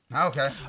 Okay